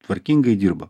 tvarkingai dirba